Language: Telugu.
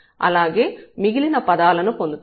అలాగే మిగిలిన పదాలను పొందుతాము